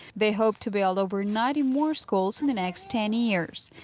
they hope to build over ninety more schools in the next ten years.